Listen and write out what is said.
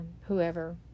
whoever